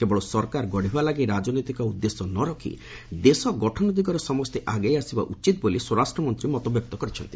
କେବଳ ସରକାର ଗଢ଼ିବା ଲାଗି ରାଜନୈତିକ ଉଦ୍ଦେଶ୍ୟ ନ ରଖି ଦେଶ ଗଠନ ଦିଗରେ ସମସ୍ତେ ଆଗେଇ ଆସିବା ଉଚିତ୍ ବୋଲି ସ୍ୱରାଷ୍ଟ୍ରମନ୍ତ୍ରୀ ମତବ୍ୟକ୍ତ କରିଛନ୍ତି